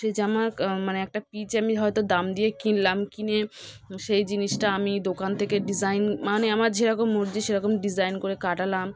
সেই জামা মানে একটা পিচ আমি হয়তো দাম দিয়ে কিনলাম কিনে সেই জিনিসটা আমি দোকান থেকে ডিজাইন মানে আমার যেরকম মর্জি সেরকম ডিজাইন করে কাটালাম